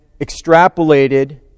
extrapolated